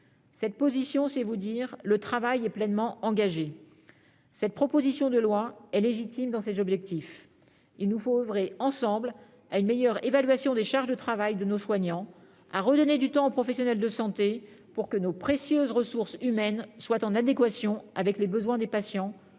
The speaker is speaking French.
Cette position, c'est aussi de vous dire : le travail est pleinement engagé ! Cette proposition de loi est légitime dans ses objectifs. Il nous faut oeuvrer ensemble à une meilleure évaluation des charges de travail de nos soignants, à redonner du temps aux professionnels de santé, pour que nos précieuses ressources humaines soient en adéquation avec les besoins des patients